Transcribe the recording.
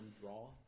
draw